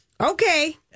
Okay